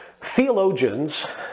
theologians